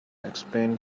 explained